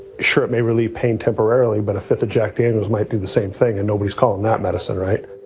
sure it may relieve pain temporarily, but a fifth of jack daniels might do the same thing, and nobody's calling that medicine right?